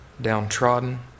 downtrodden